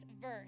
verse